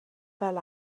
fel